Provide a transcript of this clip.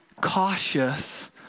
cautious